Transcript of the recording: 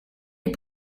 les